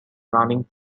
running